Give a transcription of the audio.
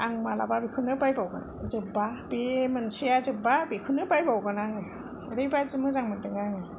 आं मालाबा बेखौनो बायबावगोन जोबबा बे मोनसेया जोबबा बेखौनो बायबावगोन आङो ओरैबादि मोजां मोनदों आङो